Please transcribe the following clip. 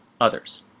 others